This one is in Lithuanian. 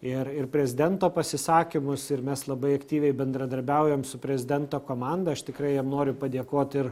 ir ir prezidento pasisakymus ir mes labai aktyviai bendradarbiaujam su prezidento komanda aš tikrai jam noriu padėkoti